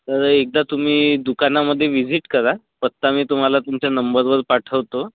तर एकदा तुम्ही दुकानामध्ये विजीट करा पत्ता मी तुम्हाला तुमच्या नंबरवर पाठवतो